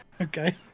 Okay